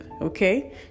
Okay